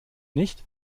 nicht